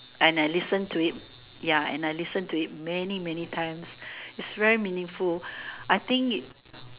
and I listen to it yeah and I listen to it many many times it's very meaningful I think it